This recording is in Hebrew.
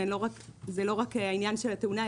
וזה לא רק העניין של התאונה,